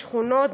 בשכונות,